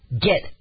get